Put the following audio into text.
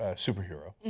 ah superhero,